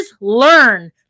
learn